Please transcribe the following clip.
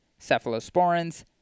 cephalosporins